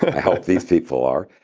hope these people are.